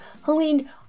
Helene